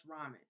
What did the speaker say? ramen